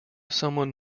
someone